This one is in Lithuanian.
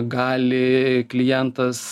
gali klientas